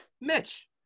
Mitch